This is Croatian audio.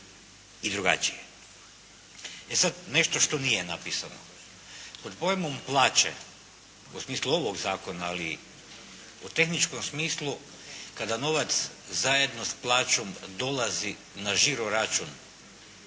i drugačije. E sad, nešto što nije napisano. Pod pojmom plaće u smislu ovog zakona, ali u tehničkom smislu kada novac zajedno s plaćom dolazi na žiro račun,